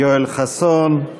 יואל חסון,